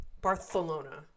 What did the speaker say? Barcelona